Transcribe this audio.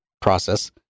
process